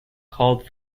called